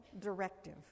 directive